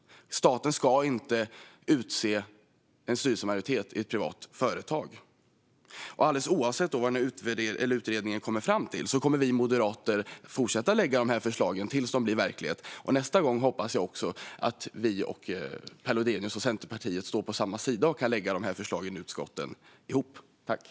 Staten ska inte utse en styrelsemajoritet i ett privat företag. Alldeles oavsett vad utredningen kommer fram till kommer vi moderater att fortsätta lägga fram dessa förslag tills de blir verklighet. Nästa gång hoppas jag att vi och Per Lodenius och Centerpartiet står på samma sida och kan lägga fram dessa förslag i utskotten tillsammans.